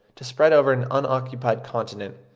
to spread over an unoccupied continent,